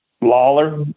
Lawler